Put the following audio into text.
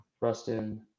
Rustin